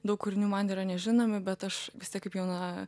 daug kūrinių man yra nežinomi bet aš vis tiek kaip jauna